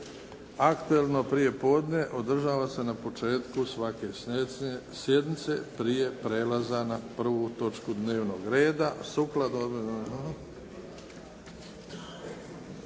"Aktualno prijepodne" održava se na početku svake sjednice prije prijelaza na prvu točku dnevnog reda,